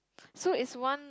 so it's one